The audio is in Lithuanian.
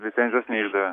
licencijos neišdavė